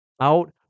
out